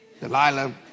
Delilah